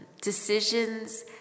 decisions